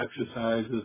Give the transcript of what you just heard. exercises